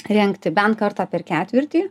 rengti bent kartą per ketvirtį